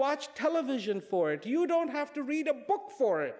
watch television for it you don't have to read a book for